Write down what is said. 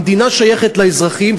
המדינה שייכת לאזרחים.